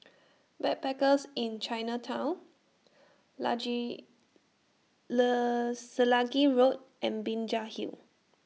Backpackers Inn Chinatown large Selegie Road and Binjai Hill